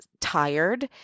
tired